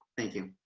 thank you.